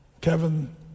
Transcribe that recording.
Kevin